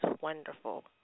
Wonderful